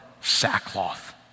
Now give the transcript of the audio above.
sackcloth